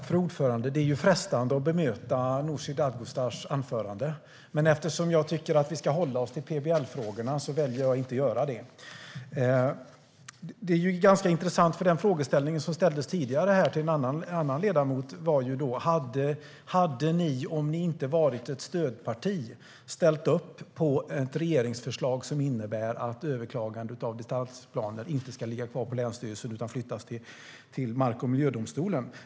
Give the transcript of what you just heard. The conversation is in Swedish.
Fru talman! Det är frestande att bemöta Nooshi Dadgostars anförande, men eftersom jag tycker att vi ska hålla oss till PBL-frågorna väljer jag att inte göra det. Det är ganska intressant, för en fråga som ställdes till en annan ledamot var: Om ni inte hade varit ett stödparti, hade ni då ställt upp på ett regeringsförslag som innebär att överklagande av detaljplaner inte ska ligga kvar på länsstyrelserna utan flyttas till mark och miljödomstolarna?